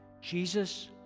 Jesus